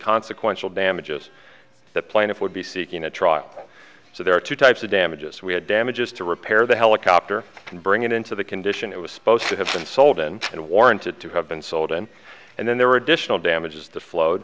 consequential damages that plaintiff would be seeking a trial so there are two types of damages we had damages to repair the helicopter and bring it into the condition it was supposed to have been sold and warranted to have been sold and and then there were additional damages to flo